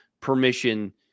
permission